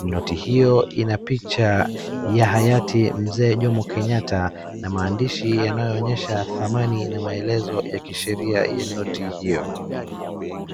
Noti hiyo ina picha ya Hayati Mzee Jomo Kenyatta na maandishi yanayoonyesha thamani na maelezo ya kisheria ya noti hiyo.